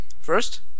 first